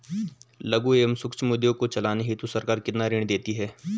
लघु एवं सूक्ष्म उद्योग को चलाने हेतु सरकार कितना ऋण देती है?